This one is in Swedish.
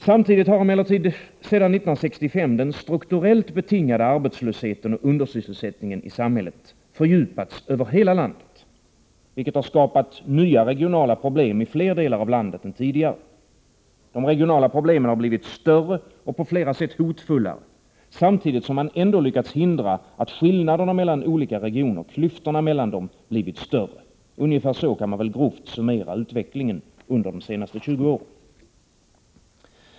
Samtidigt har emellertid sedan 1965 den strukturellt betingade arbetslösheten och undersysselsättningen i samhället fördjupats över hela landet, vilket har skapat nya regionala problem i fler delar av landet än tidigare. De regionala problemen har blivit större och på flera sätt hotfullare, samtidigt som man ändå lyckats hindra att skillnaderna mellan olika regioner, klyftorna mellan dem, blivit större. Ungefär så kan man väl grovt summera utvecklingen under de senaste 20 åren.